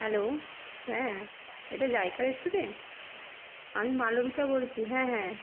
hello হ্যাঁ এটা Zaika restaurant আমি মালবিকা বলছি হ্যাঁ হ্যাঁ